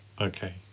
Okay